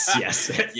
Yes